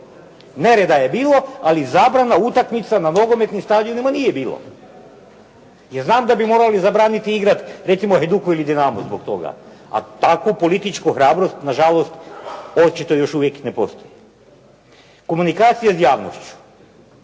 Nereda je bilo ali zabrana utakmica na nogometnim stadionima nije bilo. Jer znam da bi morali zabraniti igrati recimo Hajduku ili Dinamu zbog toga a takvu političku hrabrost nažalost očito još uvijek ne postoji. Komunikacija s javnošću.